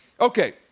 Okay